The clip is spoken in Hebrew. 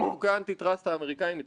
שמטפל בבעיות האמיתיות,